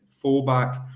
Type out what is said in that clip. fullback